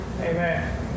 Amen